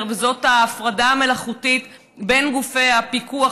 זאת ההפרדה המלאכותית בין גופי הפיקוח,